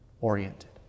oriented